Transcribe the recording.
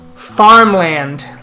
Farmland